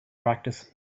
practice